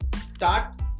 start